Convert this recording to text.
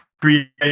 create